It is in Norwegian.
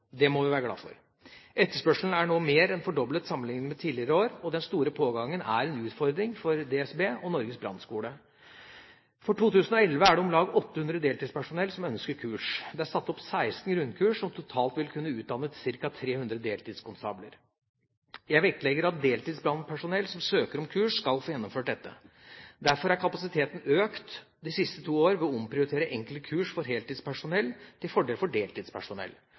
Det må vi være glade for. Etterspørselen er nå mer enn fordoblet sammenlignet med tidligere år. Den store pågangen er en utfordring for DSB og Norges brannskole. For 2011 er det om lag 800 deltidspersonell som ønsker kurs. Det er satt opp 16 grunnkurs, som totalt vil kunne utdanne ca. 300 deltidskonstabler. Jeg vektlegger at deltidsbrannpersonell som søker om kurs, skal få gjennomført dette. Derfor er kapasiteten økt de siste to år ved å omprioritere enkelte kurs for heltidspersonell til fordel for deltidspersonell.